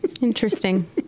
Interesting